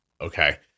Okay